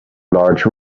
large